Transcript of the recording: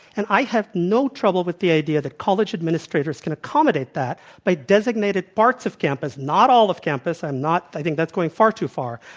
and i have no trouble with the idea that college administrators can accommodate that by designated parts of campus, not all of campus, i am not i think that's going far too far,